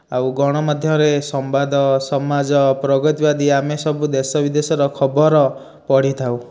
ଆଉ ଗଣମାଧ୍ୟମରେ ସମ୍ବାଦ ସମାଜ ପ୍ରଗତିବାଦୀ ଆମେ ସବୁ ଦେଶ ବିଦେଶର ଖବର ପଢ଼ିଥାଉ